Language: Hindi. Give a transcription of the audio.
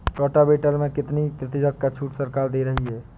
रोटावेटर में कितनी प्रतिशत का छूट सरकार दे रही है?